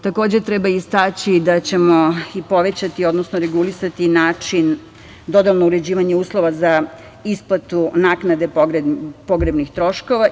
Takođe, treba istaći da ćemo povećati, odnosno regulisati način uređivanja uslova za isplatu naknade pogrebnih troškova.